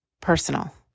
personal